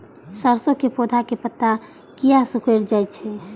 सरसों के पौधा के पत्ता किया सिकुड़ जाय छे?